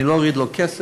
אני לא אוריד לו כסף,